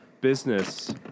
business